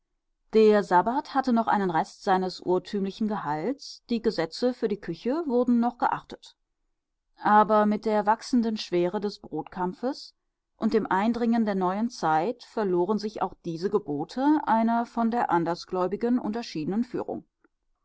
der sabbat hatte noch einen rest seines urtümlichen gehalts die gesetze für die küche wurden noch geachtet aber mit der wachsenden schwere des brotkampfes und dem eindringen der neuen zeit verloren sich auch diese gebote einer von der andersgläubigen unterschiedenen führung